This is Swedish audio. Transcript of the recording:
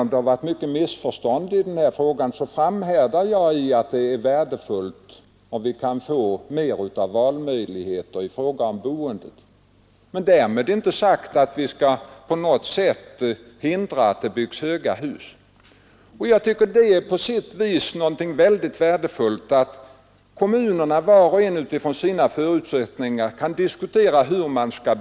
Vi har ju också i dag ett utvecklat system för att ge stöd åt de grupper som är mest betalningssvaga — inte bara genom de kommunala och statliga bostadstilläggen som utgår till betalningssvaga hushåll. Jag vill också erinra om att mer än hälften av landets folkpensionärer har ett bostadstillägg av ganska stor betydelse.